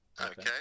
Okay